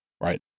right